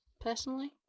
personally